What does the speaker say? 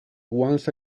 once